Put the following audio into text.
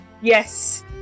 Yes